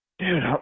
Dude